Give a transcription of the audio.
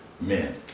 men